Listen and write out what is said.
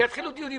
שיתחילו דיונים.